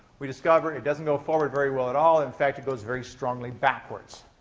we discover it doesn't go forward very well, at all in fact, it goes very strongly backwards.